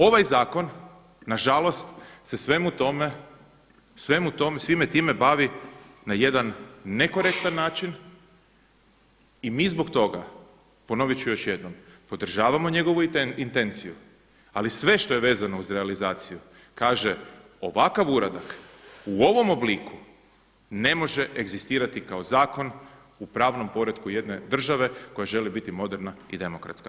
Ovaj zakon na žalost se svemu tome, svime time bavi na jedan nekorektan način i mi zbog toga, ponovit ću još jednom, podržavamo njegovu intenciju, ali sve što je vezano uz realizaciju, kaže, ovakav uradak u ovom obliku ne može egzistirati kao zakon u pravnom poretku jedne države koja želi biti moderna i demokratska.